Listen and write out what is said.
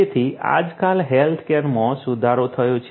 તેથી આજકાલ હેલ્થકેરમાં સુધારો થયો છે